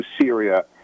Syria